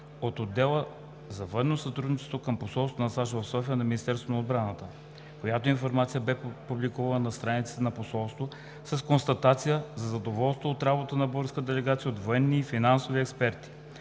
от отдела за военно сътрудничество към Посолството на САЩ в София на Министерството на отбраната, която информация бе публикувана на страниците на Посолството, с констатация за задоволство от работата на българската делегация от военни и финансови експерти.